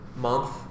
month